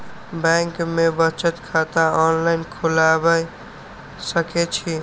Bank में बचत खाता ऑनलाईन खोलबाए सके छी?